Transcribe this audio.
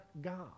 God